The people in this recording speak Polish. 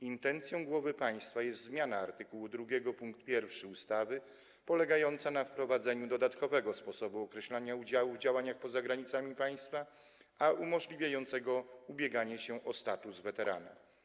Intencją głowy państwa jest zmiana art. 2 pkt 1 ustawy polegająca na wprowadzeniu dodatkowego sposobu określania udziału w działaniach poza granicami państwa umożliwiającego ubieganie się o status weterana.